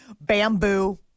bamboo